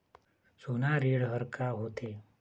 सोना ऋण हा का होते?